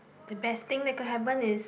the best thing that could happen is